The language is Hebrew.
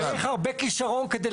כיוון שמתברר,